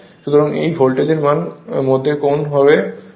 সুতরাং এই ভোল্টেজ এর মধ্যে কোণ হল 277